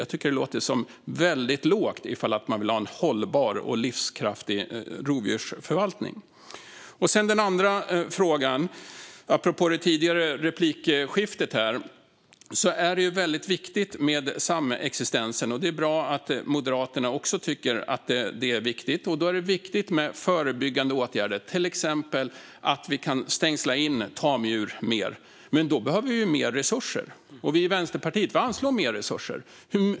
Jag tycker att det låter väldigt lågt ifall man vill ha en hållbar och livskraftig rovdjursförvaltning. Min andra fråga, apropå det tidigare replikskiftet här, handlar om samexistensen. Det är väldigt viktigt med samexistens, och det är bra att Moderaterna också tycker det. Det är viktigt med förebyggande åtgärder, till exempel att vi kan stängsla in tamdjur mer. Men då behöver vi mer resurser. Vi i Vänsterpartiet anslår mer resurser.